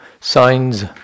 signs